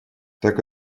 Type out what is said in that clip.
так